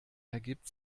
ergibt